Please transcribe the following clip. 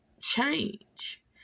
change